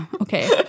Okay